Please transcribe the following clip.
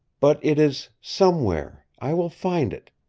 but it is somewhere, i will find it.